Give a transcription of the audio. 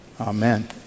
amen